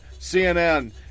CNN